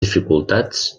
dificultats